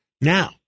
Now